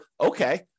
okay